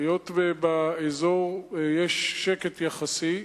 היות שבאזור יש שקט יחסי,